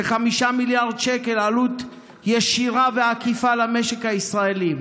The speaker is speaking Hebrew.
כ-5 מיליארד שקל, עלות ישירה ועקיפה למשק הישראלי.